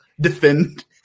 defend